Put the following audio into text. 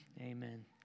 Amen